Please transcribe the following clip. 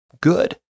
good